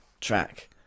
track